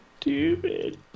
Stupid